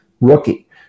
rookie